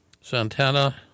Santana